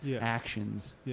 actions